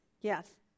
yes